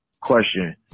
question